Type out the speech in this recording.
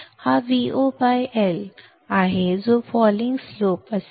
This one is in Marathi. हा Vin - Vo L आहे जो फॉलींग स्लोप असेल